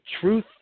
truth